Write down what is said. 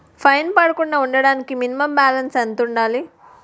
Fine పడకుండా ఉండటానికి minimum balance ఎంత ఉండాలి?